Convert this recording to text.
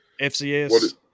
FCS